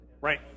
Right